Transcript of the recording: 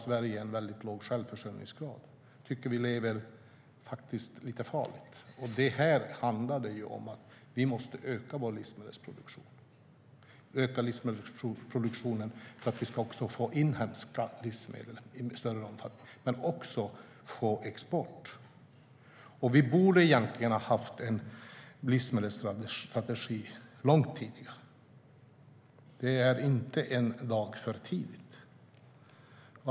Sverige har en låg självförsörjningsgrad. Vi lever faktiskt lite farligt. Vi måste öka vår livsmedelsproduktion för att få inhemska livsmedel i större omfattning men också för att kunna exportera. Vi borde ha haft en livsmedelsstrategi långt tidigare. Det är inte en dag för tidigt.